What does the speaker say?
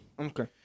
Okay